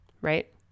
right